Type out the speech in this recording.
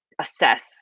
Assess